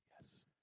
Yes